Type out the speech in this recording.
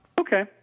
Okay